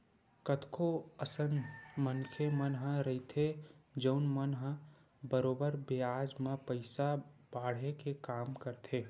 कतको अइसन मनखे मन ह रहिथे जउन मन ह बरोबर बियाज म पइसा बाटे के काम करथे